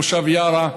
מושב יערה,